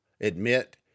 admit